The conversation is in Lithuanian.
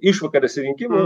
išvakarėse rinkimų